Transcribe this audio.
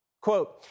Quote